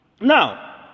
Now